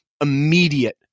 immediate